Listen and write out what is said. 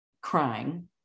crying